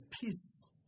peace